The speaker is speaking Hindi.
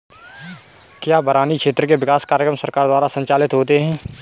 क्या बरानी क्षेत्र के विकास कार्यक्रम सरकार द्वारा संचालित होते हैं?